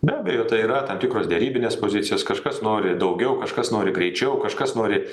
be abejo tai yra tam tikros derybinės pozicijos kažkas nori daugiau kažkas nori greičiau kažkas nori